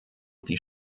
die